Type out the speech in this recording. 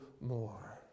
more